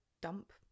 dump